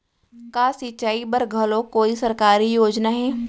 का सिंचाई बर घलो कोई सरकारी योजना हे?